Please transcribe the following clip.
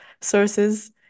sources